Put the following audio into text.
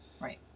Right